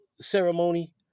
ceremony